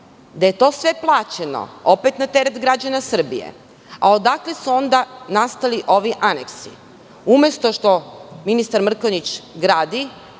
da je to sve plaćeno, opet na teret građana Srbije, odakle su onda nastali ovi aneksi? Umesto što ministar Mrkonjić gradi,